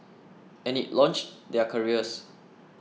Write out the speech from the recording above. and it launched their careers